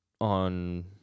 on